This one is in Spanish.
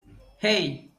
hey